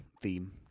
theme